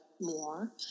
more